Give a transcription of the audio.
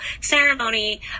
ceremony